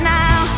now